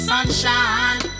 Sunshine